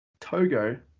Togo